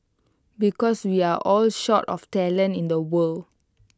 because we are all short of talent in the world